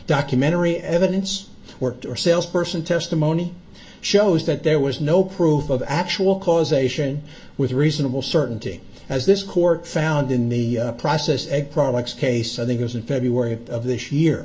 documentary evidence worked or salesperson testimony shows that there was no proof of actual causation with reasonable certainty as this court found in the process and products case i think is in february of this year